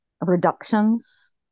reductions